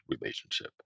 relationship